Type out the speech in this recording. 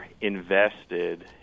invested